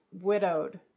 widowed